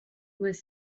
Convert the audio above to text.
was